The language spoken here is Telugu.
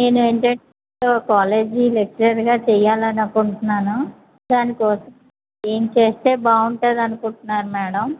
నేను ఏంటంటే ఒక కాలేజీ లెక్చరర్గా చెయ్యాలని అనుకుంటున్నాను దానికోసం ఏం చేస్తే బాగుంటుంది అనుకుంటున్నారు మ్యాడమ్